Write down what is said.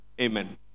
Amen